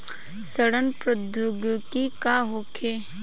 सड़न प्रधौगिकी का होखे?